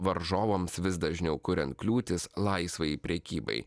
varžovams vis dažniau kuriant kliūtis laisvai prekybai